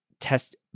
test